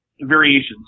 variations